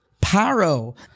Paro